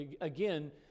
again